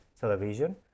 television